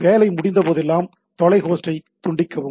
வேலை முடிந்த போதெல்லாம் தொலை ஹோஸ்டைத் துண்டிக்கவும்